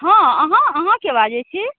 हँ हँ अहाँ अहाँके बाजै छी